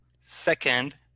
Second